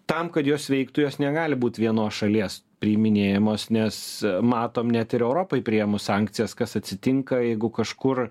tam kad jos veiktų jos negali būt vienos šalies priiminėjamos nes matom net ir europai priėmus sankcijas kas atsitinka jeigu kažkur